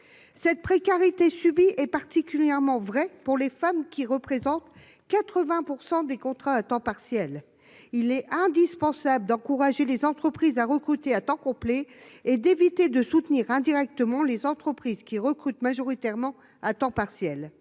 Cette précarité subie est particulièrement fréquente chez les femmes, titulaires de 80 % des emplois à temps partiel. Il est indispensable d'encourager les entreprises à recruter à temps complet et d'éviter de soutenir indirectement les entreprises qui recrutent majoritairement à temps partiel.